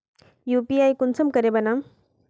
UPI कुंसम करे बनाम?